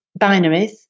binaries